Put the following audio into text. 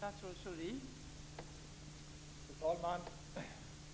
Fru talman!